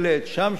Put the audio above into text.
שם שלט,